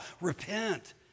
Repent